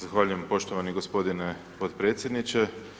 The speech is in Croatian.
Zahvaljujem poštovani gospodine potpredsjedniče.